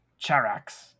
Charax